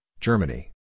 Germany